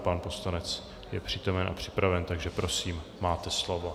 Pan poslanec je přítomen a připraven, takže prosím, máte slovo.